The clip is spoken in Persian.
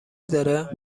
داره